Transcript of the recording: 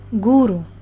guru